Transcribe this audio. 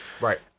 right